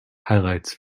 highlights